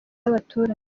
n’abaturage